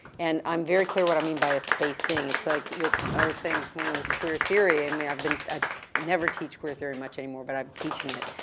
and, i'm very clear what i mean by a spacing. it's like, with, i was saying this morning with queer theory, i mean, i've been, i ah never teach queer theory much anymore, but i'm teaching it,